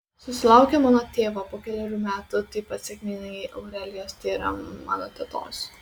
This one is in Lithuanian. susilaukė mano tėvo po kelerių metų taip pat sėkmingai aurelijos tai yra mano tetos